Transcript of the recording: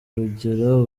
rugira